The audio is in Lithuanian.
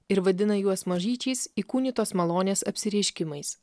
ir vadina juos mažyčiais įkūnytos malonės apsireiškimais